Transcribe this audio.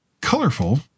colorful